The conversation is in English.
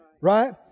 Right